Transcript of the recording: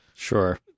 Sure